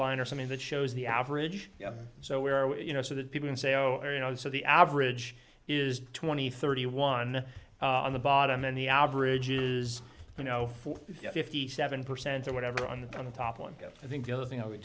line or something that shows the average so where were you know so that people and say oh you know so the average is twenty thirty one on the bottom and the average is you know four fifty seven percent or whatever on the top one i think the other thing i would